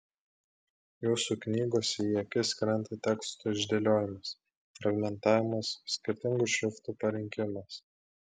jūsų knygose į akis krenta teksto išdėliojimas fragmentavimas skirtingų šriftų parinkimas